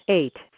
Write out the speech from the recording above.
eight